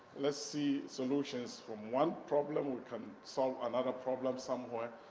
let's see solutions from one problem we can solve another problem somewhere,